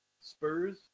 Spurs